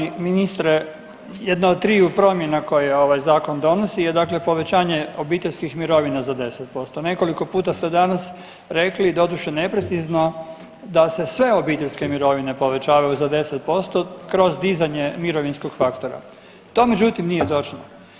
Poštovani ministre, jedna od triju promjena koje ovaj zakon donosi je dakle povećanje obiteljskih mirovina za 10%. nekoliko puta ste danas rekli doduše neprecizno da se sve obiteljske mirovine povećavaju za 10% kroz dizanje mirovinskog faktora, to međutim nije točno.